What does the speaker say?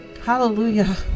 hallelujah